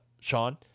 Sean